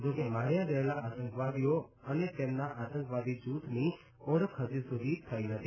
જો કે માર્યા ગયેલા આતંકવાદીઓ અને તેમના આતંકવાદી જૂથની ઓળખ હજુ સુધી થઇ નથી